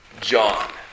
John